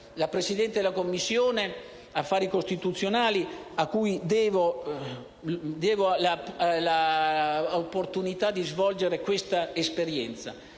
la Presidente della Commissione affari costituzionali, cui devo l'opportunità di questa esperienza,